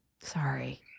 Sorry